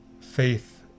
faith